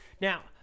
now